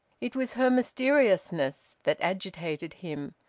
it was her mysteriousness that agitated him,